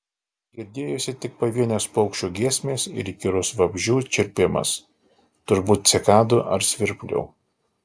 girdėjosi tik pavienės paukščių giesmės ir įkyrus vabzdžių čirpimas turbūt cikadų ar svirplių